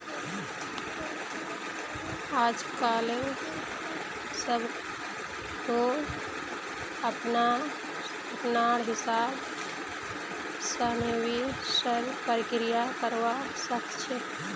आजकालित सब कोई अपनार हिसाब स निवेशेर प्रक्रिया करवा सख छ